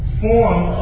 form